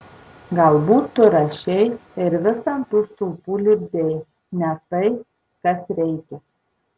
galbūt tu rašei ir vis ant tų stulpų lipdei ne tai kas reikia